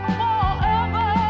forever